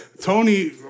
Tony